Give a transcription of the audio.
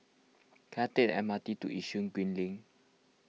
can I take M R T to Yishun Green Link